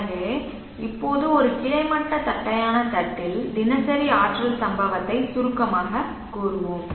எனவே இப்போது ஒரு கிடைமட்ட தட்டையான தட்டில் தினசரி ஆற்றல் சம்பவத்தை சுருக்கமாகக் கூறுவோம்